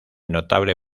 notable